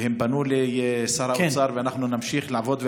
הם פנו לשר האוצר, ואנחנו נמשיך לעבוד.